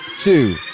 two